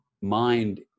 mind